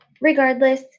regardless